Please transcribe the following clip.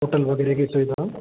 hotel loading लेकर चलेगा